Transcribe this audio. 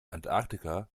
antarktika